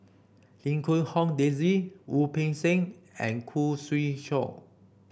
Lim Quee Hong Daisy Wu Peng Seng and Khoo Swee Chiow